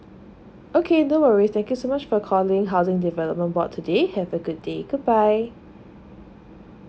okay no worries thank you so much for calling housing development board today have a good day goodbye